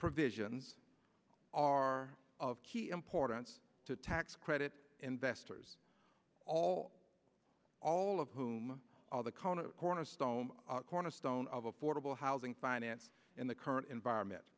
provisions are of key importance to tax credit investors all all of whom all the cone a cornerstone cornerstone of affordable housing finance in the current environment